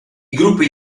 gruppi